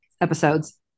episodes